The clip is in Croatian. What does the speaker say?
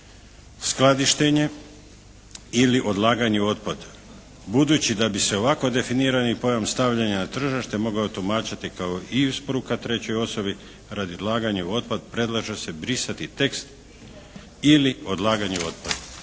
skladištenje ili odlaganje u otpad. Budući da bi se ovako definirani pojam stavljanja na tržište mogao tumačiti i kao isporuka trećoj osobi radi odlaganja otpada predlaže se brisati tekst ili odlagani otpad.